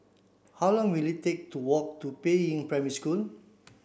how long will it take to walk to Peiying Primary School